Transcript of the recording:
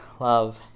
love